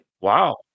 wow